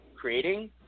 creating